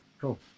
Cool